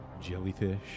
Jellyfish